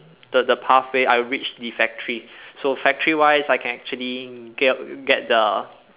the the pathway I would reach the factory so factory wise I can actually get the